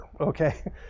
okay